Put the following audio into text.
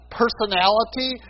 personality